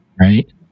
right